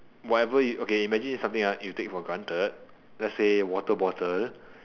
whatever you okay imagine it's something ah you take for granted let's say water bottle